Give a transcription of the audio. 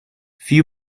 few